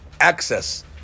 access